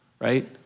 right